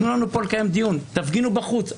תנו לנו פה לקיים דיון, תפגינו בחוץ.